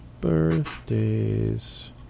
birthdays